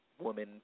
woman